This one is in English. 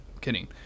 kidding